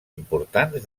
importants